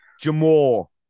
Jamal